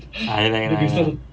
ah iya lah iya lah